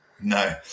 No